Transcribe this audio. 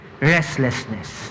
restlessness